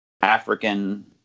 African